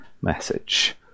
message